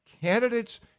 candidates